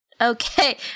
Okay